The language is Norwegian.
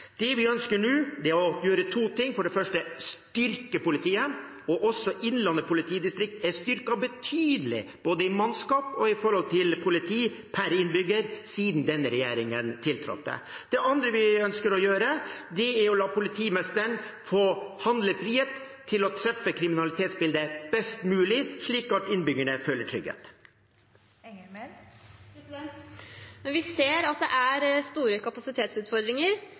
Det vi ønsker nå, er å gjøre to ting. For det første ønsker vi å styrke politiet, og også Innlandet politidistrikt er styrket betydelig, både i mannskap og i forhold til politi per innbygger siden denne regjeringen tiltrådte. Det andre vi ønsker å gjøre, er å la politimesteren få handlefrihet til å treffe kriminalitetsbildet best mulig, slik at innbyggerne føler trygghet. Vi ser at det er store kapasitetsutfordringer.